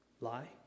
Lie